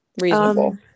Reasonable